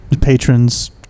patrons